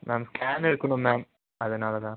ma'am scan எடுக்கணும் ma'am அதனால்தான்